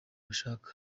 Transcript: bashaka